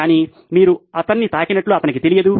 కానీ మీరు అతన్ని తాకినట్లు అతనికి తెలియదు